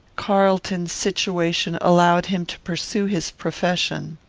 carlton's situation allowed him to pursue his profession.